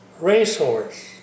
racehorse